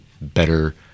better